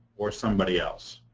or somebody else?